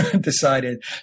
decided